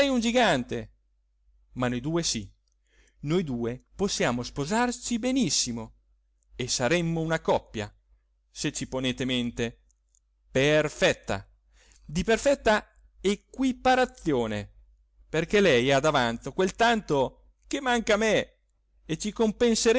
un gigante ma noi due sì noi due possiamo sposarci benissimo e saremmo una coppia se ci ponete mente perfetta di perfetta equiparazione perché lei ha d'avanzo quel tanto che manca a me e ci